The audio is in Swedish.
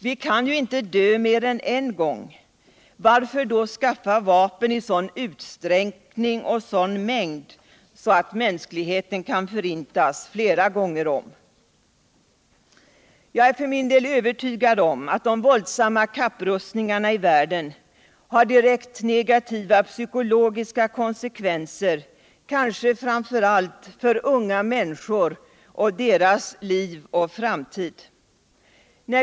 Vi kan inte dö mer än en gång. Varför då skaffa vapen i sådan utsträckning och mängd att mänskligheten kan förintas flera gånger om? Jag är för min del övertygad om att de våldsamma kapprustningarna i världen har direkt negativa psykologiska konsekvenser, kanske framför allt för unga människor och deras liv och framtid.